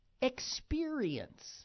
experience